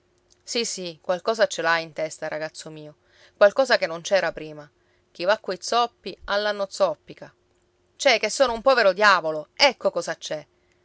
sì sì qualcosa ce l'hai in testa ragazzo mio qualcosa che non c'era prima chi va coi zoppi all'anno zoppica c'è che sono un povero diavolo ecco cosa c'è